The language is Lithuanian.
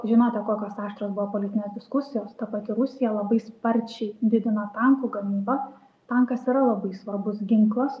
žinote kokios aštrios buvo politinės diskusijos ta pati rusija labai sparčiai didina tankų gamybą tankas yra labai svarbus ginklas